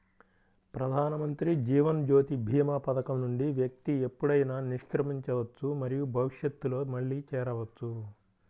ప్రధానమంత్రి జీవన్ జ్యోతి భీమా పథకం నుండి వ్యక్తి ఎప్పుడైనా నిష్క్రమించవచ్చు మరియు భవిష్యత్తులో మళ్లీ చేరవచ్చు